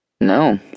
No